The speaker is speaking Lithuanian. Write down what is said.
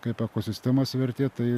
kaip ekosistemos vertė tai